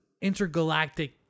intergalactic